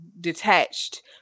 detached